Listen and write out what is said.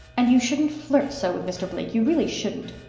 and you shouldn't flirt so with mr. blake you really shouldn't.